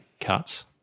cuts